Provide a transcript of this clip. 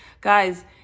Guys